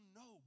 no